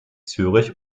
zürich